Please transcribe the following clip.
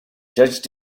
judge